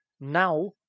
now